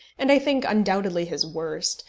and, i think, undoubtedly his worst,